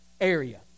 area